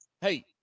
Hey